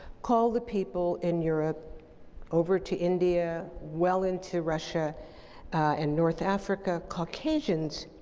call the people in europe over to india, well into russia and north africa caucasians